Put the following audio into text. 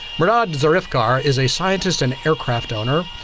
mehrdad zarifkar is a scientist, and aircraft owner.